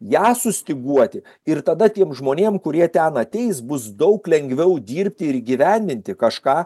ją sustyguoti ir tada tiem žmonėm kurie ten ateis bus daug lengviau dirbti ir įgyvendinti kažką